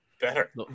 better